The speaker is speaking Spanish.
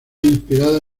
inspirada